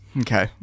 Okay